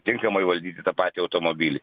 tinkamai valdyti tą patį automobilį